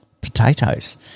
potatoes